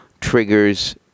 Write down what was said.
triggers